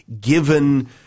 given